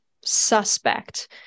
suspect